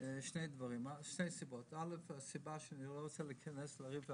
משתי סיבות: ראשית מהסיבה שאני לא רוצה להיכנס לריב הקודם,